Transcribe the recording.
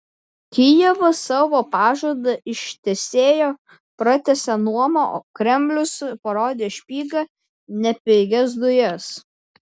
kijevas savo pažadą ištesėjo pratęsė nuomą o kremlius parodė špygą ne pigias dujas